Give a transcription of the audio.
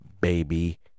baby